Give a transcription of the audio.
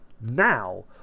now